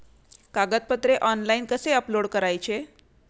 कागदपत्रे ऑनलाइन कसे अपलोड करायचे?